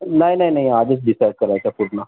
नाही नाही नाही आधीच डिसाईड करायचं पूर्ण